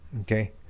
Okay